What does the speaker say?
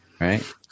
right